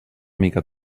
mica